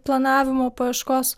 planavimo paieškos